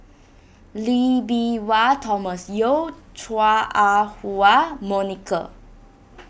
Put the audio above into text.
Lee Bee Wah Thomas Yeo Chua Ah Huwa Monica